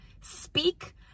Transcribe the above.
speak